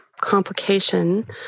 complication